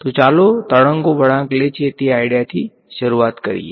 તો ચાલો તરંગો વળાંક લે છે એ આઈડીયાથી શરૂઆત કરીએ